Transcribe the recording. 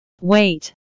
wait